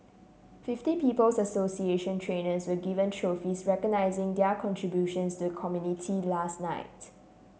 fifty People's Association trainers were given trophies recognising their contributions to the community last night